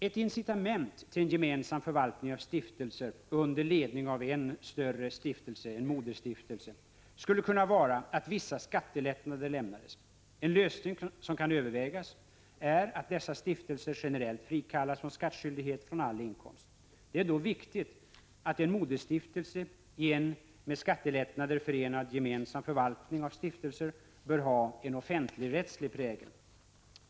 Ett incitament till en gemensam förvaltning av stiftelser under ledning av en större stiftelse, en moderstiftelse, skulle kunna vara att vissa skattelättnader lämnades. En lösning som kan övervägas är att dessa stiftelser generellt frikallas från skattskyldighet för all slags inkomst. Det är då viktigt att en moderstiftelse i en med skattelättnader förenad gemensam förvaltning av stiftelser bör ha en offentligrättslig prägel.